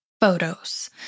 photos